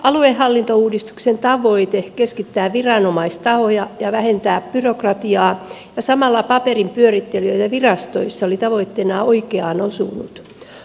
aluehallintouudistuksen tavoite keskittää viranomaistahoja ja vähentää byrokratiaa ja samalla paperin pyörittelyä virastoissa oli tavoitteena oikeaan osunut